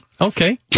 Okay